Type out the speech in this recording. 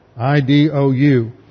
I-D-O-U